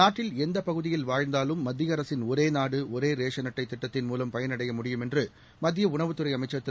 நாட்டில் எந்த பகுதியில் வாழந்தாலும் ்மத்திய அரசின் ஒரே நாடு ஒரே ரேஷன் அட்டை திட்ட்ததின் மூலம் பயனடைய முடியும் என்று மத்திய உணவுத் துறை அமைச்சர் திரு